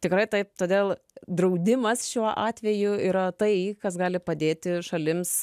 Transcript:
tikrai taip todėl draudimas šiuo atveju yra tai kas gali padėti šalims